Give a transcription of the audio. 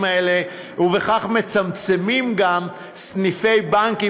האלה וכך מצמצמים גם סניפי בנקים,